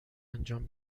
انجام